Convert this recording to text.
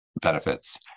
benefits